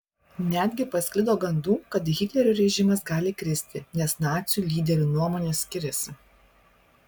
netgi pasklido gandų kad hitlerio režimas gali kristi nes nacių lyderių nuomonės skiriasi